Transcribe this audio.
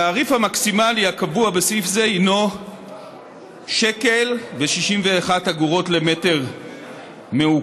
התעריף המקסימלי הקבוע בסעיף זה הינו 1.61 שקל למטר מעוקב,